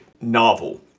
novel